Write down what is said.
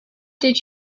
did